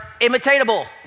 imitatable